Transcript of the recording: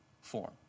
form